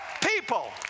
people